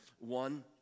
One